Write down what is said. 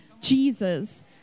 Jesus